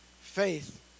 Faith